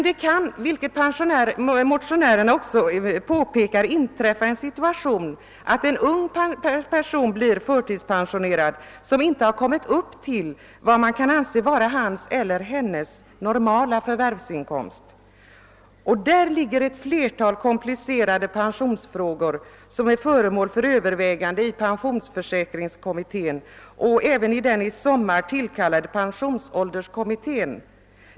Det kan emellertid, såsom motionärerna också påpekar, inträffa att en ung person blir förtidspensionerad innan vederbörande kommit upp till en inkomst, som kan betraktas som hans eller hennes normala förvärvsinkomst. Härvid kan uppstå ett flertal komplicerade pensionsförhållanden, som är föremål för övervägande inom pensionsförsäkringskommittén och även inom den i sommar tillsatta pensionsålderskommittén.